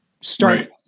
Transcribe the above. start